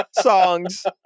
songs